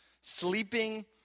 sleeping